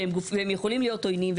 והם יכולים להיות עוינים,